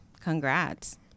congrats